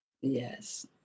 Yes